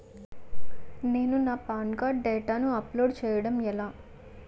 నేను నా PAN card డేటాను అప్లోడ్ చేయడం ఎలా?